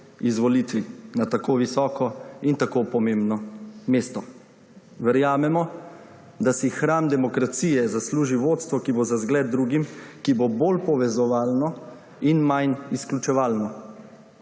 izvolitvi na tako visoko in tako pomembno mesto. Verjamemo, da si hram demokracije zasluži vodstvo, ki bo v zgled drugim, ki bo bolj povezovalno in manj izključevalno.